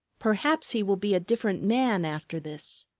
perhaps he will be a different man after this.